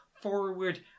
forward